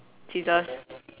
scissors